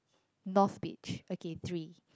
north beach okay three